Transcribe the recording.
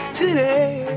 today